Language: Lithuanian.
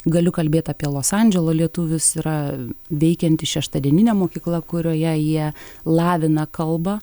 galiu kalbėt apie los andželo lietuvius yra veikianti šeštadieninė mokykla kurioje jie lavina kalbą